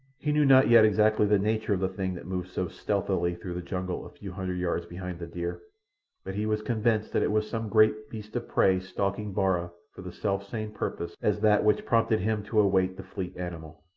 he knew not yet exactly the nature of the thing that moved so stealthily through the jungle a few hundred yards behind the deer but he was convinced that it was some great beast of prey stalking bara for the selfsame purpose as that which prompted him to await the fleet animal.